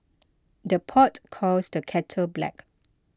the pot calls the kettle black